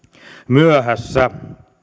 myöhässä